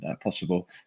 possible